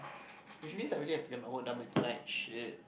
which means I really have to get my work done by tonight shit